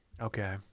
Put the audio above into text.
Okay